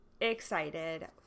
excited